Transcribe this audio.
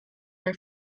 her